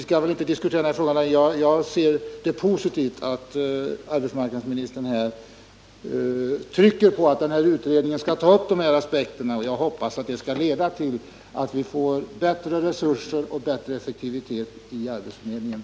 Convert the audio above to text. Jag anser det vara positivt att arbetsmarknadsministern betonar att utredningen skall ta upp dessa aspekter, och jag hoppas att det skall kunna leda till att vi framöver får ökade resurser och bättre effektivitet inom arbetsförmedlingen.